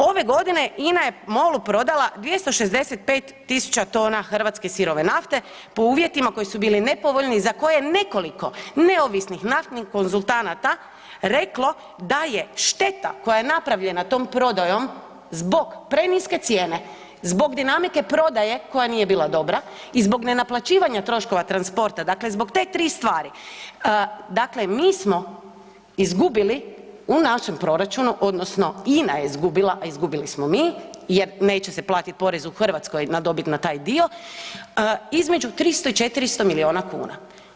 Ove godine INA je MOL-u prodala 265 tisuća tona hrvatske sirove nafte po uvjetima koji su bili nepovoljni, za koje nekoliko neovisnih naftnih konzultanata reklo da je šteta koja je napravljena tom prodajom zbog preniske cijene, zbog dinamike prodaje koja nije bila dobra i zbog naplaćivanja troškova transporta, znači zbog te tri stvari, dakle mi smo izgubili u našem proračunu, odnosno INA je izgubila, a izgubili smo mi jer, neće se platiti porez u Hrvatskoj na dobit na taj dio, između 300 i 400 milijuna kuna.